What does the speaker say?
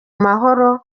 mahoro